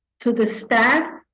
to the staff.